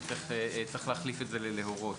צריך להחליף את זה ל-"להורות".